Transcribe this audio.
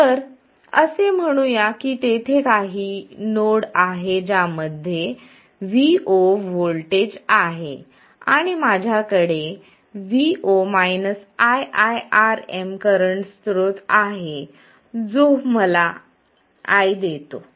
तर असे म्हणूया की तेथे काही नोड आहे ज्यामध्ये vo व्होल्टेज आहे आणि माझ्याकडे vo iiRm करंट स्त्रोत आहे जो मला I I देतो